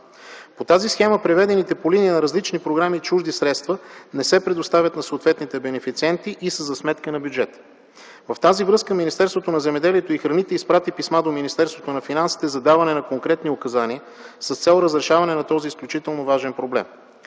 По тази схема преведените по линия на различни програми чужди средства не се предоставят на съответните бенефициенти и са за сметка на бюджета. В тази връзка Министерството на земеделието и храните изпрати писма до Министерството на финансите за даване на конкретни указания с цел разрешаване на този изключително важен проблем.